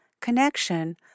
connection